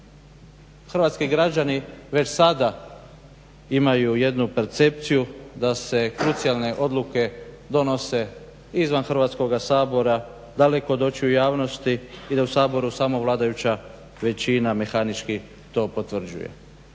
hrvatski građani već sada imaju jednu percepciju da se krucijalne odluke donose izvan Hrvatskoga sabora daleko od očiju javnosti i da u Saboru samo vladajuća većina mehanički to potvrđuje.